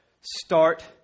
start